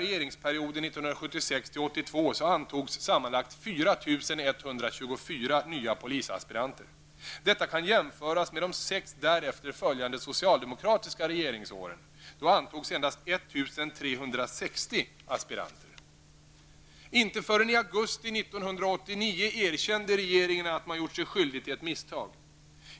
1976--1982 antogs sammanlagt 4 124 nya polisaspiranter. Detta kan jämföras med de sex därefter följande socialdemokratiska regeringsåren. Då antogs endast 1 360 aspiranter. Inte förrän i augusti 1989 erkände regeringen att man hade gjort sig skyldig till ett misstag.